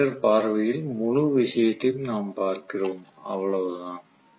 generator பார்வையில் முழு விஷயத்தையும் நாம் பார்க்கிறோம் அவ்வளவுதான்